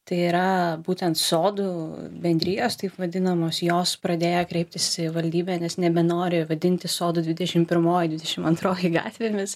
tai yra būtent sodų bendrijos taip vadinamos jos pradėjo kreiptis savivaldybę nes nebenori vadintis sodų dvidešimt pirmoji dvidešimt antroji gatvėmis